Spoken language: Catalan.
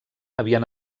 havien